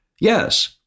Yes